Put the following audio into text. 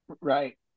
Right